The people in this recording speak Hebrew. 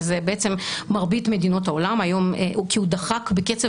וזה בעצם מרבית מדינות העולם כי הוא דחק בקצב